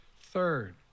Third